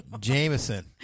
Jameson